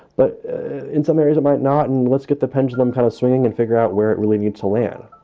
but in some areas it might not. and let's get the pendulum kind of swinging and figure out where it really need to land